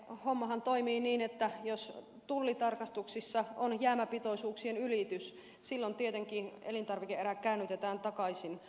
hommahan toimii niin että jos tullitarkastuksissa on jäämäpitoisuuksien ylitys silloin tietenkin elintarvike erä käännytetään takaisin